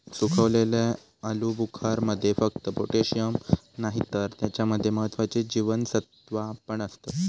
सुखवलेल्या आलुबुखारमध्ये फक्त पोटॅशिअम नाही तर त्याच्या मध्ये महत्त्वाची जीवनसत्त्वा पण असतत